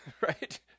right